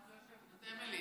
אפרת לא יושבת פה, זאת אמילי.